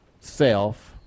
Self